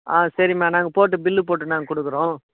ஆ சரிம்மா நாங்கள் போட்டு பில்லு போட்டு நாங்கள் கொடுக்குறோம்